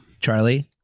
Charlie